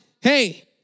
hey